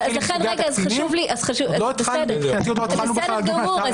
מבחינתי עוד לא התחלנו בכלל לדון --- בסדר גמור,